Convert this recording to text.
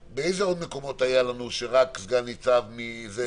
באילו עוד מקומות בחקיקה קבענו שרק סגן ניצב יכול להטיל צו?